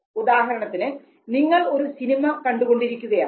ഉദാഹരണത്തിന് നിങ്ങൾ ഒരു സിനിമ കണ്ടു കൊണ്ടിരിക്കുകയാണ്